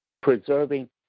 preserving